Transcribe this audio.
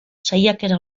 saiakera